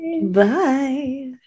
Bye